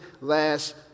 last